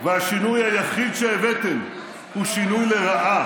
והשינוי היחיד שהבאתם הוא שינוי לרעה